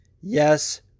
yes